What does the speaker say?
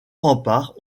remparts